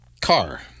car